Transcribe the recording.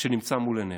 שנמצא מול עיניך.